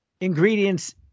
ingredients